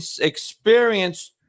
experience